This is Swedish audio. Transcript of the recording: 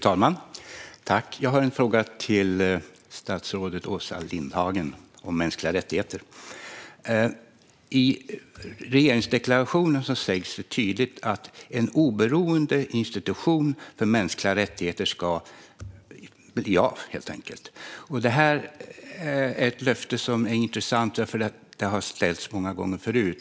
Fru talman! Jag har en fråga till statsrådet Åsa Lindhagen om mänskliga rättigheter. I regeringsdeklarationen sägs det tydligt att en oberoende institution för mänskliga rättigheter ska bli av. Det här är ett löfte som är intressant därför att det har ställts många gånger förut.